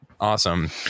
awesome